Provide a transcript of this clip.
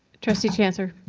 trustee chancer